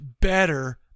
better